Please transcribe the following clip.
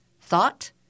thought